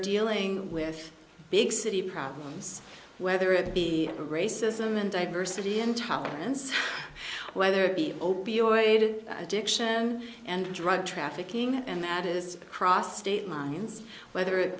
dealing with big city problems whether it be racism and diversity and tolerance whether it be opioid addiction and drug trafficking and that is across state lines whether it